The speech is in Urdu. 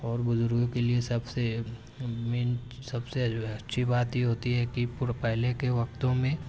اور بزرگوں کے لیے سب سے مین سب سے اچھی بات یہ ہوتی ہے کہ پر پہلے کے وقتوں میں